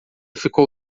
ficou